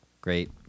great